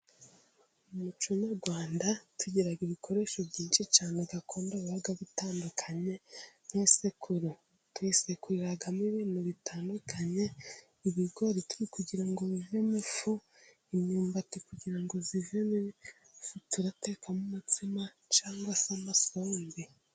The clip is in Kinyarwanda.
Umuco nyarwanda tugira ibikoresho byinshi cyane gakondo biba gutandukanye, nk'isekuru tuyisekuriramo ibintu bitandukanye ibigori turi kugira ngo bivemo ifu, imyumbati kugira ngo ivemo ifu turatekamo umutsima, cyangwa se amasombe.